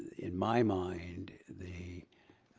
in my mind the,